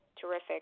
Terrific